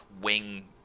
Wing